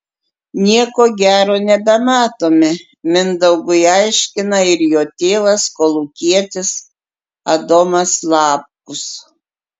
nieko gero nebematome mindaugui aiškina ir jo tėvas kolūkietis adomas lapkus